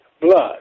blood